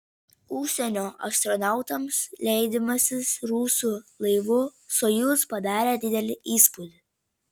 užsienio astronautams leidimasis rusų laivu sojuz padarė didelį įspūdį